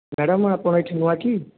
madam ଆପଣ ଏଠି ନୂଆ କି